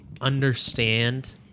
understand